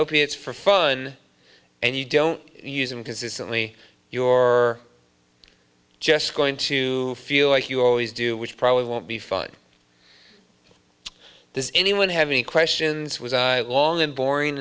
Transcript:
opiates for fun and you don't use them consistently your just going to feel like you always do which probably won't be fun this anyone have any questions was long and boring